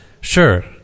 sure